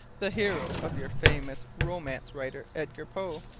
the hero of your famous romance-writer edgar poe.